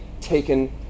taken